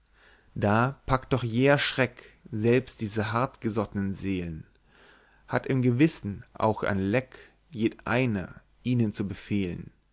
da packte doch ein jäher schreck selbst diese hart gesottnen seelen hatt im gewissen auch ein leck jedeiner ihnen zu befehlen